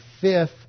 fifth